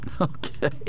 Okay